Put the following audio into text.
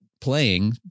playing